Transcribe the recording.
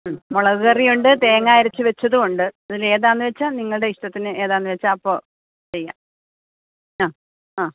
മ്മ് മുളക് കറിയുണ്ട് തേങ്ങ അരച്ചുവച്ചതുണ്ട് ഇതിൽ ഏതാന്ന് വെച്ചാൽ നിങ്ങളുടെ ഇഷ്ടത്തിന് ഏതാന്ന് വെച്ചാൽ അപ്പോൾ ചെയ്യാം അ അ